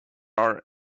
are